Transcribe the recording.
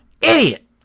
idiot